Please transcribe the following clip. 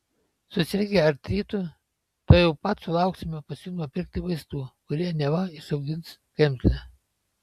susirgę artritu tuojau pat sulauksime pasiūlymo pirkti vaistų kurie neva išaugins kremzlę